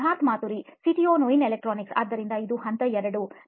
Siddharth Maturi CEO ನೋಯಿನ್ electronics ಆದ್ದರಿಂದ ಇದು ಹಂತ 2 ಆಗಿದೆ